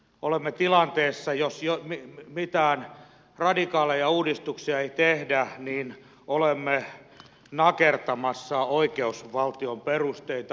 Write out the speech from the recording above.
olemme tilanteessa jos mitään radikaaleja uudistuksia ei tehdä jossa olemme nakertamassa oikeusvaltion perusteita